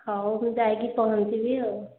ହେଉ ମୁଁ ଯାଇ କରି ପହଞ୍ଚିବି ଆଉ